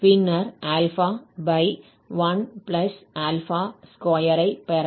பின்னர் 12 ஐ பெறலாம்